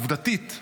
עובדתית,